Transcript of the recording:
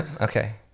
Okay